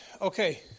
Okay